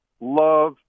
love